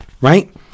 right